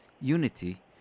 unity